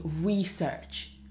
research